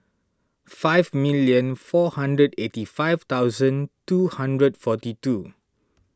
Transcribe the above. five million four hundred eighty five thousand two hundred forty two